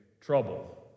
trouble